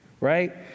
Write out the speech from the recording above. right